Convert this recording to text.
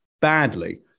badly